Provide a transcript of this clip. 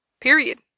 Period